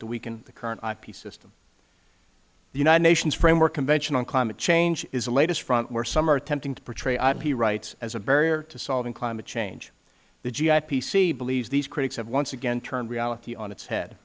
to weaken the current ip system the united nations framework convention on climate change is the latest front where some are attempting to portray ip rights as a barrier to solving climate change the gipc believes these critics have once again turned reality on its head